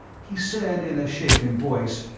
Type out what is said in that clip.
he said in a shaken voice,